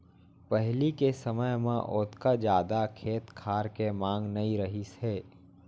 पहिली के समय म ओतका जादा खेत खार के मांग नइ रहिस हे